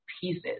pieces